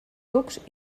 cucs